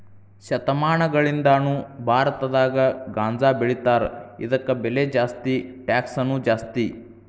ಶತಮಾನಗಳಿಂದಾನು ಭಾರತದಾಗ ಗಾಂಜಾಬೆಳಿತಾರ ಇದಕ್ಕ ಬೆಲೆ ಜಾಸ್ತಿ ಟ್ಯಾಕ್ಸನು ಜಾಸ್ತಿ